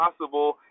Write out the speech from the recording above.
possible